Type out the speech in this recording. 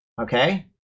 Okay